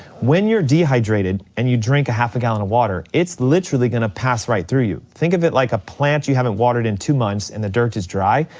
when you're dehydrated and you drink a half a gallon of water, it's literally gonna pass right through you. think of it like a plant you haven't watered in two months and the dirt is dry.